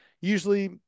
usually